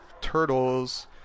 turtles